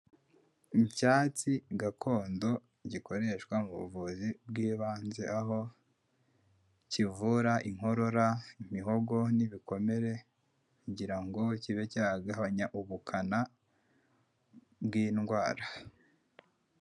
Icyatsi gakondo gikoreshwa mu buvuzi bw'ibanze, aho kivura inkorora, imihogo n'ibikomere, kugira ngo kibe cyagabanya, ubukana bw'indwara.